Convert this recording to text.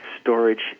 storage